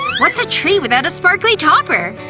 what's a tree without a sparkly topper?